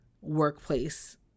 workplace